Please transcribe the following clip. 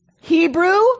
Hebrew